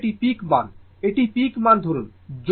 এখন এটি পিক মান এটি পিক মান ধরুন